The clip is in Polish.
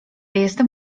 jestem